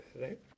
right